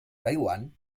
taiwan